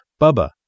Bubba